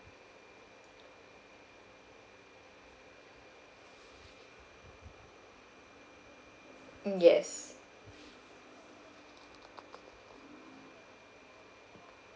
mm yes